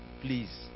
please